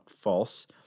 false